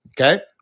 Okay